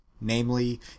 namely